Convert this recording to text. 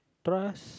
trust